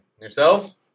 Yourselves